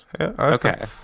Okay